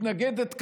מתנגדת כאן,